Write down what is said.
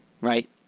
right